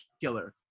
killer